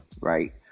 Right